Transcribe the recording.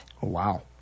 Wow